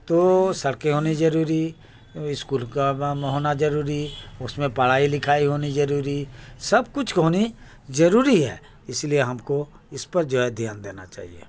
تو سڑکیں ہونی ضروری اسکول کا کام ہونا ضروری اس میں پڑھائی لکھائی ہونی ضروری سب کچھ ہونی ضروری ہے اس لیے ہم کو اس پر جو ہے دھیان دینا چاہیے